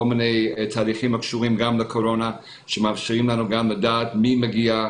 מיני תהליכים שקשורים לקורונה שמאפשרים לנו לדעת מי מגיע,